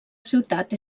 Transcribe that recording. ciutat